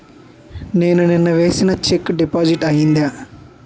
నేను నిన్న వేసిన చెక్ డిపాజిట్ అయిందా?